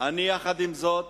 יחד עם זאת,